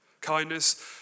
Kindness